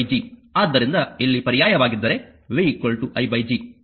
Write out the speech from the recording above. ಆದ್ದರಿಂದ ಇಲ್ಲಿ ಪರ್ಯಾಯವಾಗಿದ್ದರೆ v i G